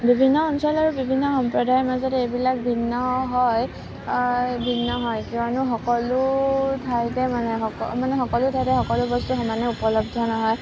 বিভিন্ন অঞ্চল আৰু বিভিন্ন সম্প্ৰদায়ৰ মাজত এইবিলাক ভিন্ন হয় ভিন্ন হয় কিয়নো সকলো ঠাইতে মানে সক মানে সকলো ঠাইতে সকলো বস্তু সমানে উপলব্ধ নহয়